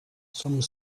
some